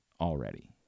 already